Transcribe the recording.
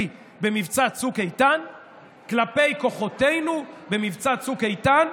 במבצע צוק איתן וכלפי כוחותינו במבצע צוק איתן?